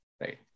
right